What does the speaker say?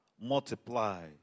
multiply